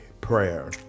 prayer